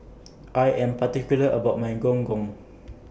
I Am particular about My Gong Gong